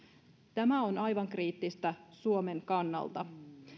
tämä on aivan kriittistä suomen kannalta